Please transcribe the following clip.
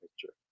picture